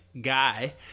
guy